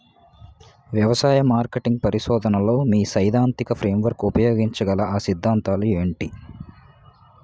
వ్యవసాయ మార్కెటింగ్ పరిశోధనలో మీ సైదాంతిక ఫ్రేమ్వర్క్ ఉపయోగించగల అ సిద్ధాంతాలు ఏంటి?